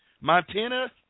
Montana